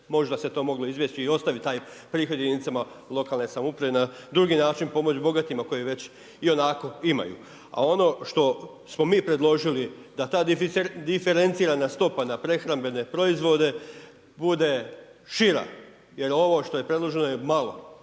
Možda se to moglo izbjeći i ostaviti taj prihod jedinicama lokalne samouprave na drugi način pomoć bogatima koji već ionako imaju. A ono što smo mi predložili da ta diferencirana stopa na prehrambene proizvode bude šira jer ovo što je predloženo je malo.